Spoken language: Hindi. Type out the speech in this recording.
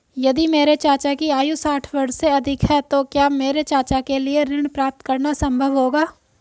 यदि मेरे चाचा की आयु साठ वर्ष से अधिक है तो क्या मेरे चाचा के लिए ऋण प्राप्त करना संभव होगा?